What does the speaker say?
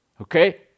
Okay